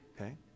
Okay